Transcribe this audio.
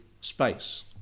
space